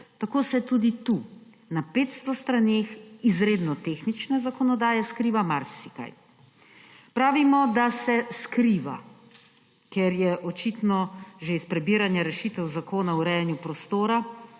se tudi tu, na 500 straneh izredno tehnične zakonodaje skriva marsikaj. Pravimo, da se skriva, ker je to očitno že iz prebiranja rešitev zakona o urejanju prostora,